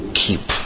keep